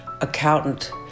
accountant